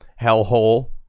hellhole